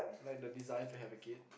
like the desire to have a kid